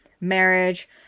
marriage